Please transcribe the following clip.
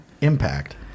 impact